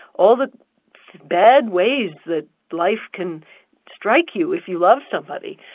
all the bad ways that life can strike you if you love somebody,